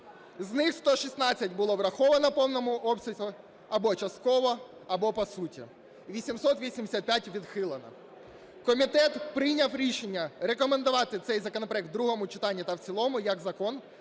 З них 116 було враховано в повному обсязі або частково, або по суті і 885 – відхилено. Комітет прийняв рішення рекомендувати цей законопроект в другому читанні та в цілому, як закон,